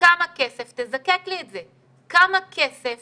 כמה כסף, תזקק לי את זה, כמה כסף